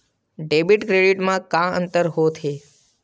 Debit credit मा का अंतर होत हे?